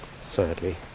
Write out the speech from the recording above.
sadly